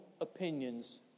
opinions